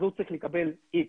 אז הוא צריך לקבל X,